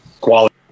Quality